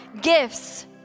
gifts